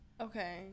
Okay